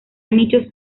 nichos